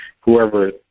whoever